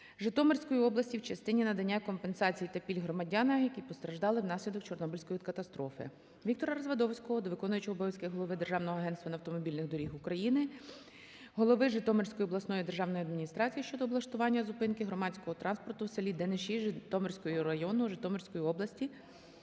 Житомирської області в частині надання компенсацій та пільг громадянам, які постраждали внаслідок Чорнобильської катастрофи. Віктора Развадовського до виконуючого обов'язків голови Державного агентства автомобільних доріг України, голови Житомирської обласної державної адміністрації щодо облаштування зупинки громадського транспорту в селі Дениші Житомирського району, Житомирської області